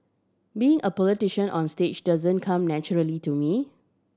being a politician onstage doesn't come naturally to me